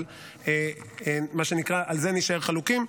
ועל זה נישאר חלוקים.